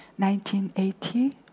1980